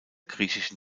griechischen